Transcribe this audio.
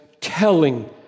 telling